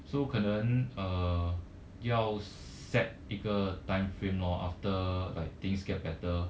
so 可能 uh 要 set 一个 time frame lor after like things get better